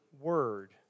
word